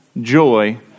joy